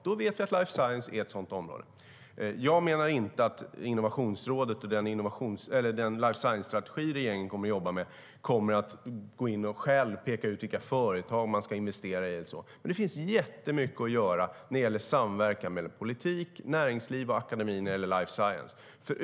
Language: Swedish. Vi vet att life science är ett sådant område. Jag menar inte att Innovationsrådet och den life science-strategi som regeringen kommer att jobba med ska gå in och själva peka ut vilka företag man ska investera i och så. Men det finns jättemycket att göra när det gäller samverkan mellan politik, näringsliv och akademi när det gäller life science.